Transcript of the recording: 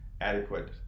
adequate